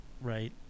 right